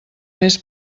més